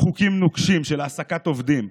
חוקים נוקשים של העסקת עובדים,